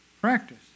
Practice